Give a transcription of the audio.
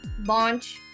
launch